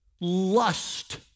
Lust